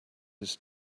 his